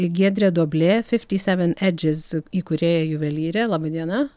giedrė duoblė fifti seven edžes įkūrėja juvelyrė laba diena